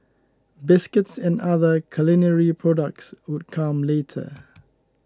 biscuits and other culinary products would come later